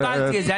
קיבלתי את זה.